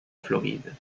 floride